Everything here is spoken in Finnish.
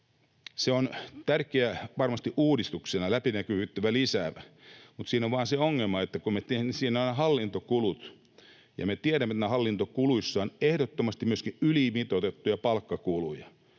Se on varmasti uudistuksena tärkeä, läpinäkyvyyttä lisäävä, mutta siinä on vain se ongelma, että me tiedämme, että siinä ovat ne hallintokulut, ja me tiedämme, että näissä hallintokuluissa on ehdottomasti myöskin ylimitoitettuja palkkakuluja.